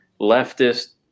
leftist